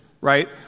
right